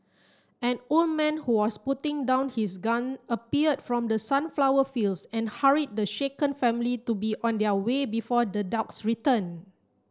an old man who was putting down his gun appeared from the sunflower fields and hurried the shaken family to be on their way before the dogs return